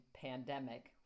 pandemic